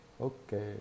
Okay